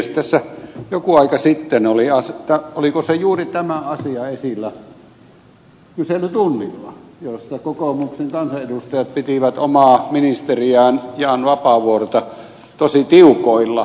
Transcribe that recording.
oliko tässä joku aika sitten juuri tämä asia esillä kyselytunnilla kun kokoomuksen kansanedustajat pitivät omaa ministeriään jan vapaavuorta tosi tiukoilla